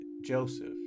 Joseph